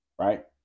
right